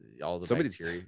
somebody's